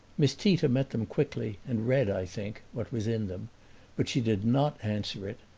miss tita met them quickly and read, i think, what was in them but she did not answer it,